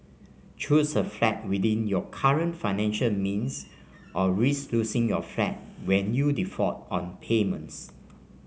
choose a flat within your current financial means or risk losing your flat when you default on payments